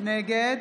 נגד